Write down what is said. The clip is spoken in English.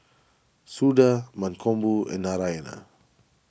Suda Mankombu and Narayana